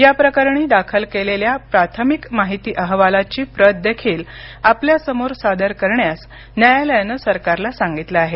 या प्रकरण दाखल केलेल्या प्राथमिक माहिती अहवालाची प्रत देखील आपल्यासमोर सादर करण्यास न्यायालयानं सरकारला सांगितलं आहे